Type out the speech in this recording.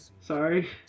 Sorry